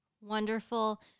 Wonderful